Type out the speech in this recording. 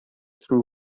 through